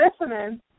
listening